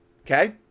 Okay